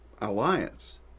alliance